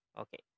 Okay